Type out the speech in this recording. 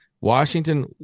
Washington